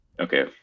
Okay